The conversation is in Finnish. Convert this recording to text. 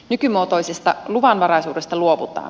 nykymuotoisesta luvanvaraisuudesta luovutaan